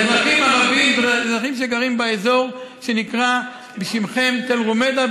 אזרחים ערבים זה אזרחים שגרים באזור שנקרא בפיכם תל רומיידה,